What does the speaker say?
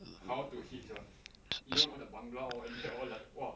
how to hit sia you know all the bangla all in there like !wah!